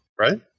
Right